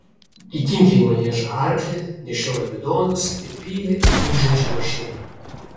įkinkė į maniežą arklį nešiojo bidonus ir pylė į ūžiančią mašiną